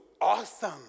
awesome